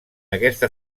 aquesta